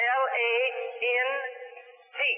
l-a-n-t